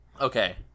Okay